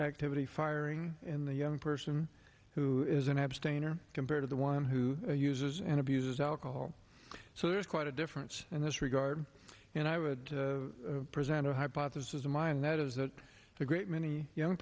activity firing in the young person who as an abstainer compared to the one who uses and abuses alcohol so there's quite a difference in this regard and i would present a hypothesis of mine that is that a great many young